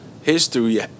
history